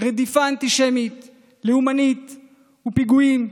רדיפה אנטישמית, לאומנית ופיגועים,